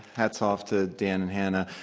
hats off to dan and hanna.